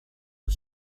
the